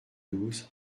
douze